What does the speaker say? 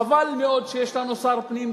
חבל מאוד שיש לנו שר פנים כזה,